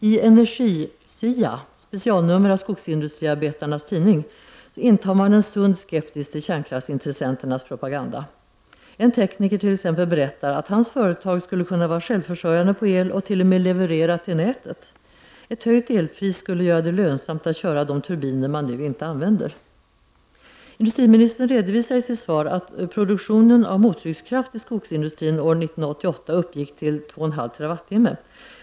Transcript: I Energi-SIA, specialnummer av skogsindustriarbetarnas tidning, intar man en sund skepsis till kärnkraftintressenternas propaganda. En tekniker berättar att hans företag skulle kunna vara självförsörjande på el och t.o.m. leverera till nätet. Ett höjt elpris skulle göra det lönsamt att köra de turbiner man nu inte använder. Industriministern redovisar i sitt svar att produktionen av mottryckskraft i skogsindustrin år 1988 uppgick till 2,5 TWh.